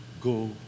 go